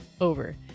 over